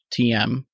TM